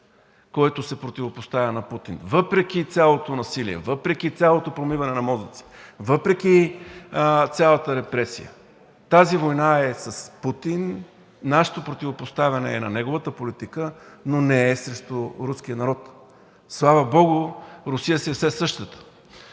който се противопоставя на Путин, въпреки цялото насилие, въпреки цялото промиване на мозъци, въпреки цялата репресия, тази война е с Путин и нашето противопоставяне е на неговата политика, но не е срещу руския народ. Слава богу, Русия си е все същата.